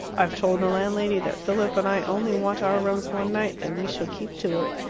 i've told the landlady that philip and i only want our rooms one night, and we shall keep to it.